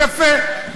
יפה.